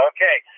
Okay